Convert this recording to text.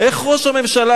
איך ראש הממשלה,